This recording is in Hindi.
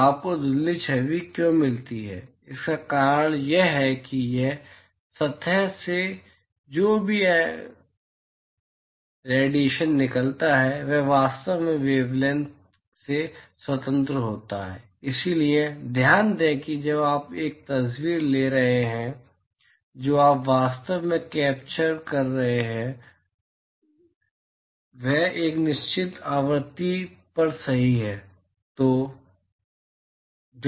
आपको धुंधली छवि क्यों मिलती है इसका कारण यह है कि इस सतह से जो भी डिएशन निकलता है वह वास्तव में वेवलैंथ से स्वतंत्र होता है क्योंकि ध्यान दें कि जब आप एक तस्वीर ले रहे हैं जो आप वास्तव में कैप्चर कर रहे हैं वह एक निश्चित आवृत्ति पर सही है